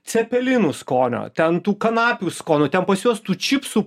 cepelinų skonio ten tų kanapių skonio ten pas juos tų čipsų